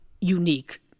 Unique